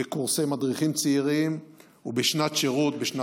בקורסי מדריכים צעירים ובשנת שירות בשנת